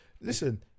Listen